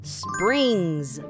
springs